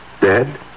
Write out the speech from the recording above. Dead